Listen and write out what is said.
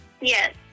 Yes